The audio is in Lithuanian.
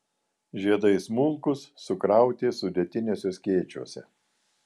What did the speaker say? žiedai smulkūs sukrauti sudėtiniuose skėčiuose